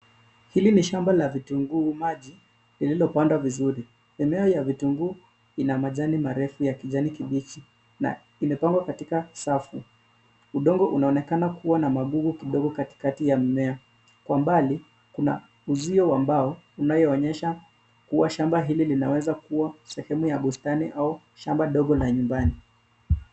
Hili ni shamba la vitunguu maji lilolopandwa vizuri. Eneo ya vitunguu ina majani marefu ya kijani kibichi na imepangwa katika safu. Udongo unaonekana kuwa na magugu kidogo katikati ya mimea. Kwa mbali kuna uzio wa mbao unayonyesha kuwa shamba hili linaweza kuwa sehemu ya bustani au shamba ndogo la nyumbani.